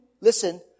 listen